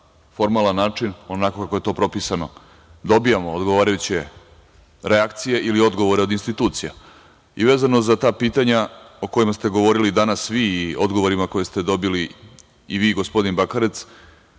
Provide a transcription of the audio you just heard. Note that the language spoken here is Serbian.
formalan način, onako kako je to propisano, dobijamo odgovarajuće reakcije ili odgovore od institucija. Vezano za ta pitanja o kojima ste govorili danas vi, i odgovorima koje ste dobili i vi i gospodin Bakarec,